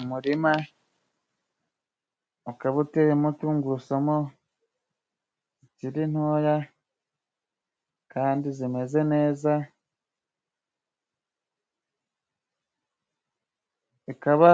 Umurima ,ukaba uteyemo tungurusumu ,ziri ntoya kandi zimeze neza, zikaba